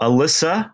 Alyssa